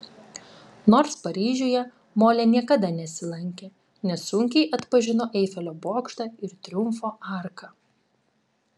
nors paryžiuje molė niekada nesilankė nesunkiai atpažino eifelio bokštą ir triumfo arką